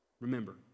Remember